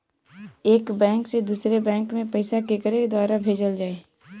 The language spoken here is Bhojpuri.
एक बैंक से दूसरे बैंक मे पैसा केकरे द्वारा भेजल जाई?